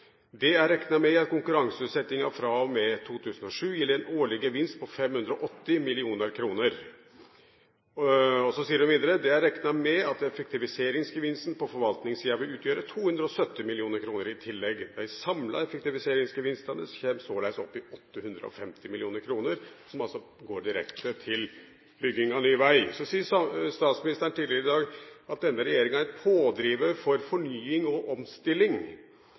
Det er regnet med at konkurranseutsettingen fra og med 2007 gir en årlig gevinst på 580 mill. kr. Hun sa videre: Det er regnet med at effektiviseringsgevinsten på forvaltningssiden vil utgjøre 270 mill. kr i tillegg. De samlede effektiviseringsgevinstene kommer således opp i 850 mill. kr – som altså går direkte til bygging av ny vei. Så sa statsministeren tidligere i dag at denne regjeringen er en pådriver for fornying og omstilling.